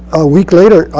a week later,